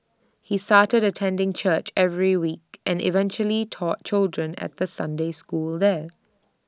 he started attending church every week and eventually taught children at the Sunday school there